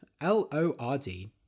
L-O-R-D